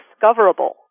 discoverable